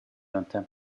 yöntem